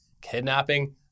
kidnapping